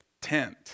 tent